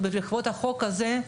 בעקבות החוק הזה,